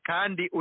Kandi